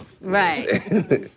Right